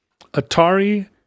Atari